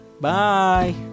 Bye